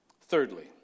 Thirdly